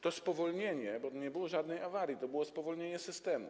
To było spowolnienie, bo nie było żadnej awarii, to było spowolnienie systemu.